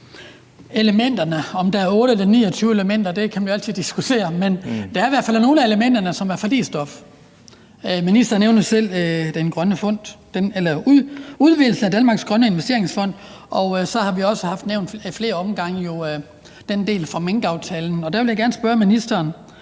elementerne. Om der er 28 eller 29 elementer, kan man jo altid diskutere, men der er i hvert fald nogle af elementerne, som er forligsstof. Ministeren nævner selv udvidelsen af Danmarks Grønne Investeringsfond, og så har vi også i flere omgange nævnt delen fra minkaftalen. Der vil jeg gerne spørge ministeren,